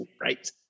Right